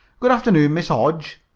good-afternoon, mr. hodge,